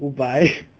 五百